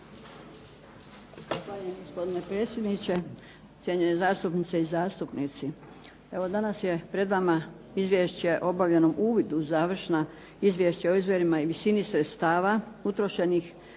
Zahvaljujem, gospodine predsjedniče. Cijenjene zastupnice i zastupnici. Evo danas je pred vama Izvješće o obavljenom uvidu u završna izvješća o izborima i visini srodstava utrošenih